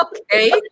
Okay